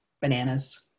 bananas